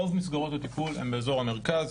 רוב מסגרות הטיפול הן באזור המרכז,